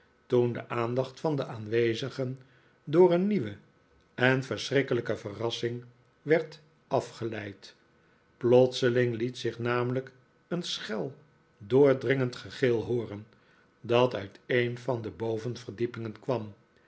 toen de aandacht van de aanwezigen door een nieuwe en verschrikkelijke verrassing werd afgeleid plotseling liet zich namelijk een schel doordringend gegil hoor eri dat uit een van de bovenverdiepingen kwam